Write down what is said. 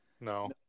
No